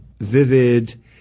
vivid